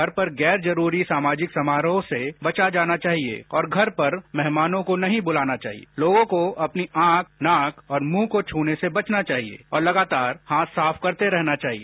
घर पर गैर जरूरी सामाजिक समारोह से बचा जाना चाहिए और घर पर मेहमानों को नहीं बुलाना चाहिए और लोगों को अपनी आंख नाक और मुंह को छने से बचना चाहिए और लगातार हाथ साफ करते रहना चाहिए